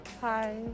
Hi